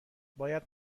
باید